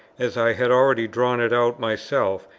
as i had already drawn it out myself,